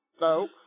No